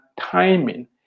timing